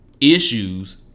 Issues